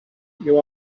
you